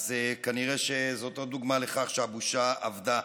אז כנראה שזאת עוד דוגמה לכך שהבושה אבדה.